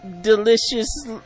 delicious